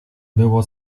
było